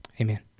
amen